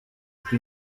kuko